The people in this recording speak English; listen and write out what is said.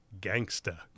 gangster